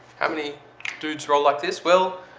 how many dudes roll like this. well,